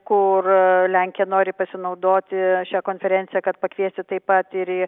kur lenkija nori pasinaudoti šia konferencija kad pakviesi taip pat ir į